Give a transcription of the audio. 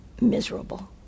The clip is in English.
miserable